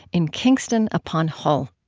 in kingston upon hull